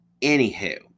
Anywho